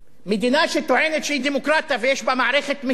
מדינה שטוענת שהיא דמוקרטית ויש בה מערכת משפט